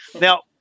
Now